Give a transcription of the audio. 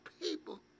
people